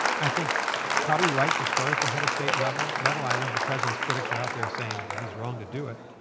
i think probably right to start at the head of state level. i know the president's critics are out there saying he's wrong to do it.